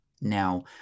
Now